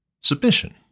submission